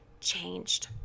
changed